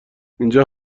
اینجا